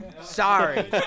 Sorry